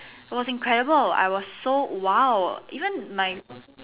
it was incredible I was so !wow! even my